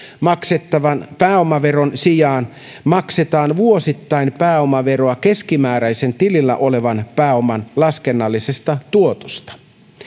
maksettavan pääomaveron sijaan maksetaan vuosittain pääomaveroa keskimääräisen tilillä olevan pääoman laskennallisesta tuotosta